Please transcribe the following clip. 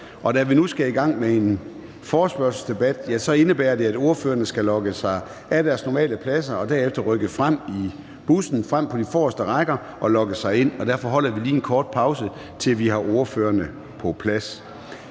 Da vi nu skal i gang med en forespørgselsdebat, indebærer det, at ordførerne skal logge sig af ved deres normale pladser og derefter rykke frem på de forreste rækker og logge sig ind. Derfor holder vi lige en kort pause, til vi har ordførerne på plads.